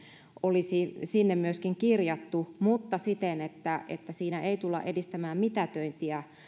olisi sinne myöskin kirjattu mutta siten että että siinä ei tulla edistämään mitätöintiä